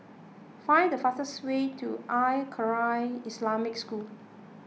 find the fastest way to Al Khairiah Islamic School